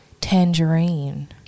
tangerine